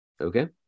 Okay